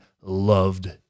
loved